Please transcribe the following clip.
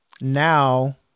now